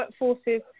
workforces